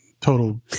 total